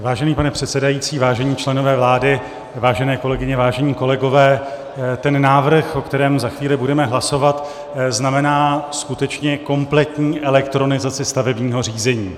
Vážený pane předsedající, vážení členové vlády, vážené kolegyně, vážení kolegové, návrh, o kterém za chvíli budeme hlasovat, znamená skutečně kompletní elektronizaci stavebního řízení.